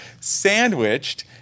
sandwiched